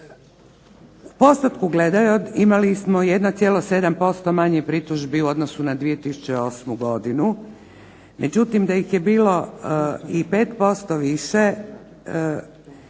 razumije se./… imali smo 1,7% manje pritužbi u odnosu na 2008. godinu, međutim da ih je bilo i 5% više